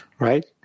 Right